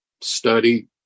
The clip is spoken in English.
study